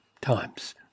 times